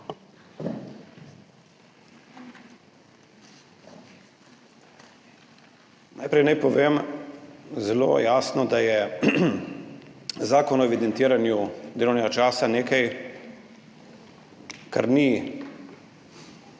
Najprej naj povem zelo jasno, da je Zakon o evidentiranju delovnega časa nekaj, kar ni